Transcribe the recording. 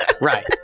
Right